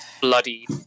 bloody